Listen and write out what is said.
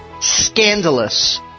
scandalous